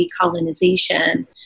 decolonization